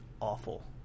awful